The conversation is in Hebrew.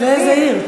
ואיזו עיר.